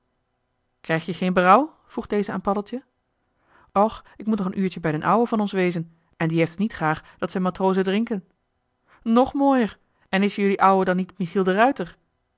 krijg je geen berouw vroeg deze aan paddeltje och ik moet nog een uurtje bij d'n ouwe van ons wezen en die heeft het niet graag dat z'n matrozen drinken nog mooier en is jelui ouwe dan niet michiel de ruijter